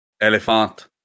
elephant